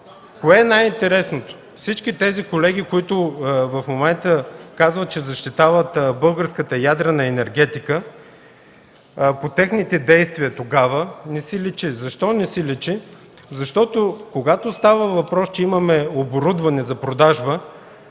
кое е най-интересното? Всички тези колеги, които в момента казват, че защитават българската ядрена енергетика, по техните действия това не си личи. Защо не си личи? Защото, когато става въпрос, че имаме оборудване за продажба,